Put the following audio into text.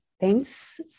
thanks